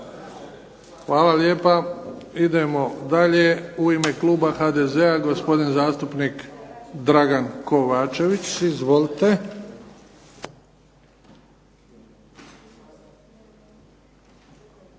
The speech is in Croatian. Hvala lijepa. Idemo dalje. U ime Kluba HDZ-a gospodin zastupnik Dragan KOvačević. Izvolite.